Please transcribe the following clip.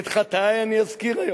את חטאי אני אזכיר היום.